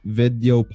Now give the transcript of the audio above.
video